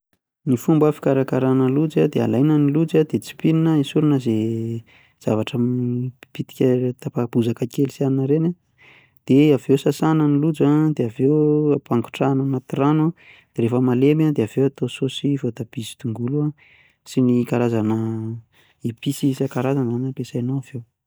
Ny fomba fikarakara lojy a de alaina ny lojy a de tsipinina esorina ze zavatra mipitika tapa-bozaka kely anona treny de avy eo sasany ny lojy de aveo ampangotrahana anaty rano a, de refa malemy de aveo atao saosy voatabia sy tongolo sy ze karazana epice isan-karazany zany ampiasainao aveo.